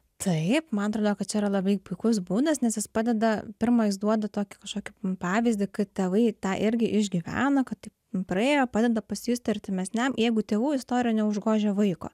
taip man atrodo kad čia yra labai puikus būdas nes jis padeda pirma jis duoda tokį kažkokį pavyzdį kad tėvai tą irgi išgyvena kad praėjo padeda pasijusti artimesniam jeigu tėvų istorija neužgožia vaiko